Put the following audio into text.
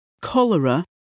cholera